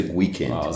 weekend